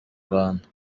rwanda